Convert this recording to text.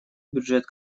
бюджет